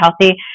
healthy